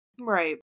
Right